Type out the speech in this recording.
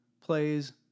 plays